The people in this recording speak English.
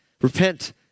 repent